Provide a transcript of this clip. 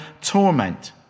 torment